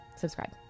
Subscribe